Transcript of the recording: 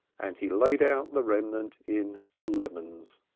and he laid out the remnant in lemons.